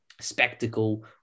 spectacle